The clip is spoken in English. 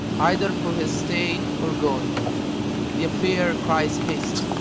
either for her stay or going the affair cries haste,